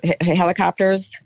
helicopters